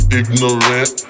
ignorant